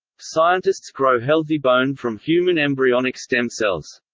scientists grow healthy bone from human embryonic stem cells.